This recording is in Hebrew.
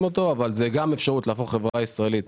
אותו אבל זאת גם אפשרות להפוך חברה ישראלית